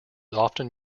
often